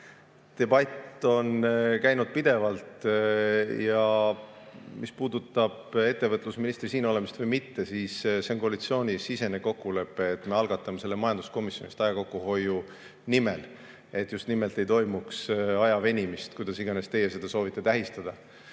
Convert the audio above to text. Debatt on käinud pidevalt. Mis puudutab ettevõtlusministri siin olemist või mitteolemist, siis see oli koalitsioonisisene kokkulepe, et me algatame selle majanduskomisjonis, just aja kokkuhoiu nimel, et ei toimuks aja venimist või kuidas iganes teie seda soovite tähistada.